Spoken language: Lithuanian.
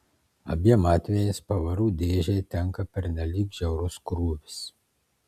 abiem atvejais pavarų dėžei tenka pernelyg žiaurus krūvis